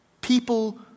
People